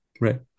Right